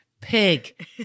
pig